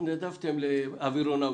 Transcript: התנדבתם לאווירונאוטיקה.